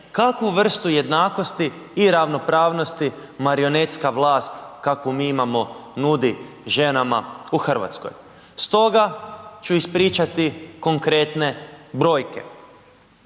kakvu vrstu jednakosti i ravnopravnosti marionetska vlast, kakvu mi imamo nudi ženama u Hrvatskoj? Stoga ću ispričati konkretne brojne.